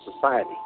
society